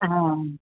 ಹಾಂ